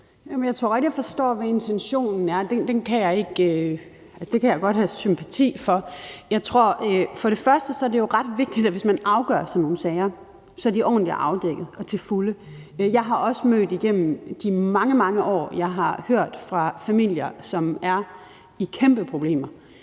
Jeg tror godt, at jeg forstår, hvad intentionen er. Altså, det kan jeg godt have sympati for. For det første tror jeg, at det er ret vigtigt, hvis man afgør sådan nogle sager, at de så er ordentligt afdækket og til fulde. Jeg har igennem mange, mange år hørt fra familier, som er i kæmpeproblemer,